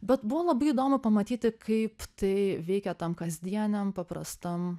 bet buvo labai įdomu pamatyti kaip tai veikia tam kasdieniam paprastam